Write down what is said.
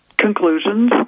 conclusions